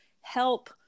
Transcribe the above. help